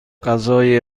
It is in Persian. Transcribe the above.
غذای